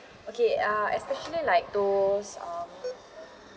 okay uh especially like those um